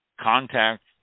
contact